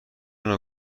نوع